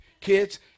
kids